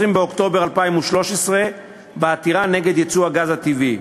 באוקטובר 2013 בעתירה נגד ייצוא הגז הטבעי.